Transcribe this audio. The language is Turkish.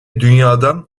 dünyadan